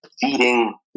feeding